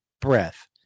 breath